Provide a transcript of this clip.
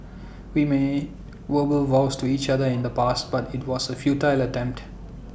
we made verbal vows to each other in the past but IT was A futile attempt